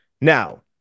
now